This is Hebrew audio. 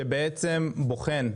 שבעצם בוחנת